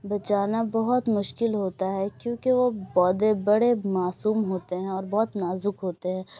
بچانا بہت مشکل ہوتا ہے کیوںکہ وہ پودے بڑے معصوم ہوتے ہیں اور بہت نازک ہوتے ہیں